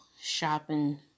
shopping